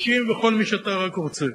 בשם כל אלה אני מביא כמצווה את החוק הזה,